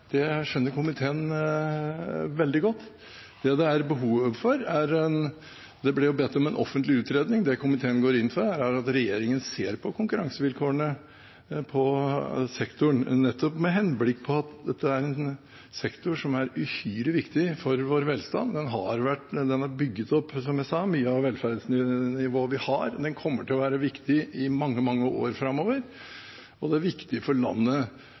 ble bedt om en offentlig utredning. Det komiteen går inn for, er at regjeringen ser på konkurransevilkårene i sektoren nettopp med henblikk på at dette er en sektor som er uhyre viktig for vår velstand. Som jeg sa, har den bygd opp mye av velferden vi har. Den kommer til å være viktig i mange, mange år framover, og det er viktig for landet